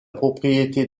propriété